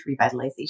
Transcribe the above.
revitalization